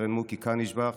סרן מוקי קנישבך,